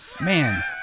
man